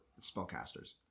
spellcasters